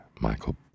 Michael